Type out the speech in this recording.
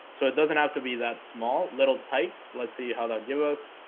so it doesn't have to be that small little tikes let's see how that give us